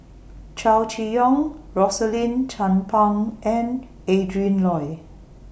Chow Chee Yong Rosaline Chan Pang and Adrin Loi